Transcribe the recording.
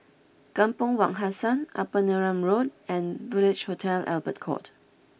Kampong Wak Hassan Upper Neram Road and Village Hotel Albert Court